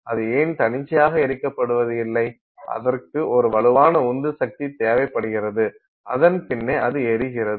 அது ஏன் தன்னிச்சையாக எரிக்கபடுவது இல்லை அதற்கு ஒரு வலுவான உந்து சக்தி தேவைப்படுகிறது அதன் பின்னே அது எரிகிறது